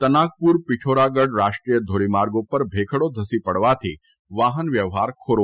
તનાકપુર પીઠોરાગઢ રાષ્ટ્રીય ધોરીમાર્ગ ઉપર ભેખડો ધસી પડવાથી વાહનવ્યવહાર ખોરવાયો હતો